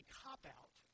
cop-out